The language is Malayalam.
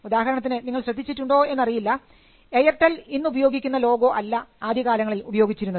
ഉദാഹരണത്തിന് നിങ്ങൾ ശ്രദ്ധിച്ചിട്ടുണ്ടോ എന്നറിയില്ല എയർടെൽ ഇന്നുപയോഗിക്കുന്ന ലോഗോ അല്ല ആദ്യകാലങ്ങളിൽ ഉപയോഗിച്ചിരുന്നത്